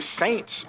Saints